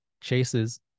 chases